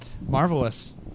Marvelous